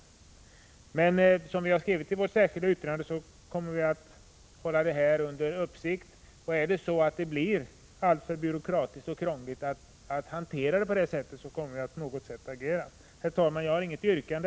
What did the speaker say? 1985/86:140 Som vi har skrivit i vårt särskilda yttrande kommer vi att hålla frågan under 14 maj 1986 ikt, och i alltfö i i ARN AE En uppsikt, och skulle den bli alltför byråkratisk och krånglig att hantera så Ändring LAR Öd kommer vi att agera på annat sätt. aga Herr talman! Jag har inget yrkande.